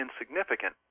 insignificant